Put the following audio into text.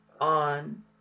on